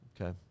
Okay